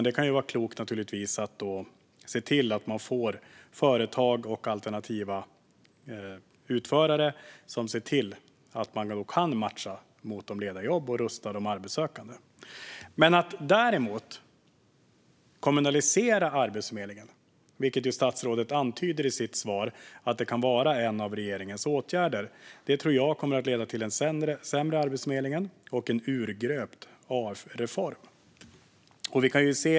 Det kan i stället vara klokt att se till att man får företag och alternativa utförare som kan matcha mot lediga jobb och rusta de arbetssökande. Men att kommunalisera Arbetsförmedlingen, vilket statsrådet i sitt svar antyder som en av regeringens åtgärder, tror jag kommer att leda till en sämre arbetsförmedling och en urgröpt AF-reform.